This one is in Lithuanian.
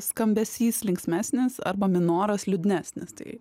skambesys linksmesnis arba minoras liūdnesnis tai